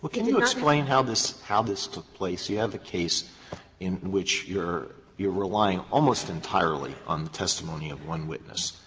could you explain how this how this took place? you have a case in which you're you're relying almost entirely on the testimony of one witness,